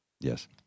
Yes